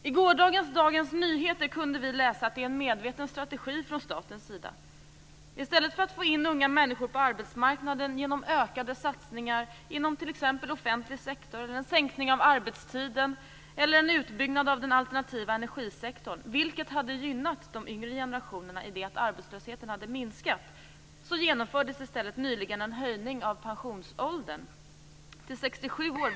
I gårdagens Dagens Nyheter kunde vi läsa att det är medveten strategi från statens sida. I stället för att få in unga människor på arbetsmarknaden genom ökade satsningar inom t.ex. offentlig sektor, en sänkning av arbetstiden eller en utbyggnad av den alternativa energisektorn, vilket hade gynnat de yngre generationerna genom att arbetslösheten hade minskat, genomfördes nyligen en höjning av pensionsåldern till 67 år.